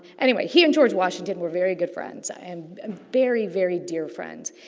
anyway, he and george washington were very good friends and, very, very dear friends.